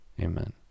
Amen